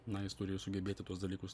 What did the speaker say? na jis turi sugebėti tuos dalykus